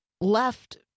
left